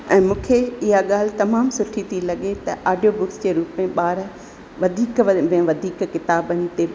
ऐं मूंखे इहा ॻाल्हि तमामु सुठी थी लॻे त आडियो बुक्स जे रूप में ॿार वधीक में वधीक किताबनि ते